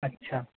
আচ্ছা